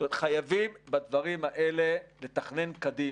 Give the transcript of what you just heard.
זאת אומרת, חייבים בדברים האלה לתכנן קדימה.